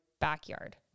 backyard